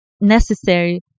necessary